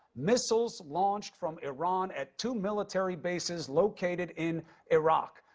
missiles launched from iran at two military bases located in iraq.